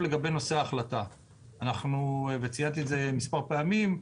לגבי נושא ההחלטה, ציינתי את זה מספר פעמים,